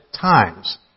times